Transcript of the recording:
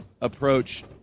approach